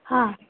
ꯍꯥ